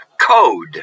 code